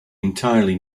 entirely